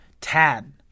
Tad